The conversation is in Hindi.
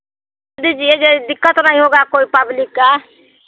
यह यह दिक्कत तो नहीं होगा कोई पब्लिक का